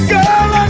Girl